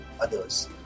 others